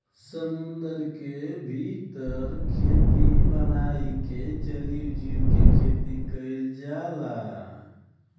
समुंदर के भीतर खेती बनाई के जलीय जीव के खेती कईल जाला